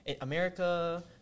America